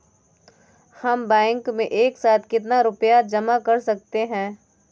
हम बैंक में एक साथ कितना रुपया जमा कर सकते हैं?